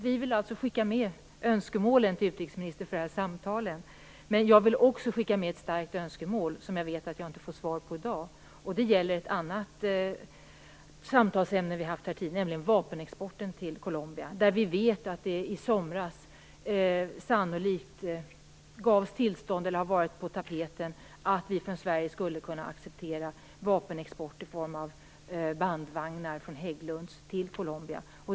Vi vill alltså skicka med önskemål till utrikesministern inför dessa samtal, men jag vill också skicka med ett annat starkt önskemål där jag vet att jag inte kan få besked i dag. Det gäller vapenexporten till Colombia. Vi vet att det i somras sannolikt gavs tillstånd till, eller var på tapeten att vi från Sverige skulle kunna acceptera vapenexport i form av bandvagnar från Hägglunds till Colombia.